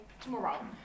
tomorrow